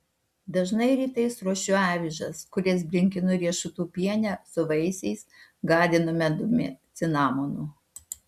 dažnai rytais ruošiu avižas kurias brinkinu riešutų piene su vaisiais gardinu medumi cinamonu